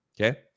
Okay